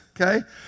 okay